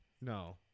no